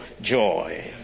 joy